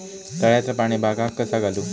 तळ्याचा पाणी बागाक कसा घालू?